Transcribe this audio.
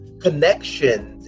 connections